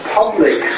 public